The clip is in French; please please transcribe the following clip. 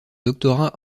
doctorat